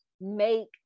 make